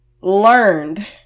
learned